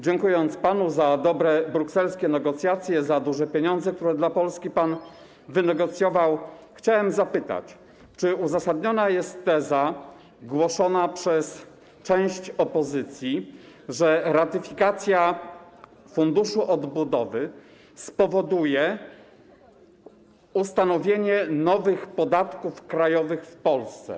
Dziękując panu za dobre brukselskie negocjacje, za duże pieniądze, które wynegocjował pan dla Polski, chciałem zapytać: Czy uzasadniona jest teza głoszona przez część opozycji, że ratyfikacja Funduszu Odbudowy spowoduje ustanowienie nowych podatków krajowych w Polsce?